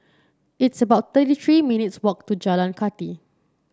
it's about thirty three minutes' walk to Jalan Kathi